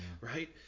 right